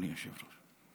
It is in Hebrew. אדוני היושב-ראש.